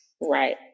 right